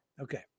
Okay